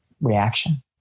reaction